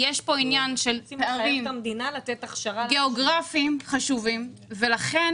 יש כאן עניין של פערים גיאוגרפיים חשובים ולכן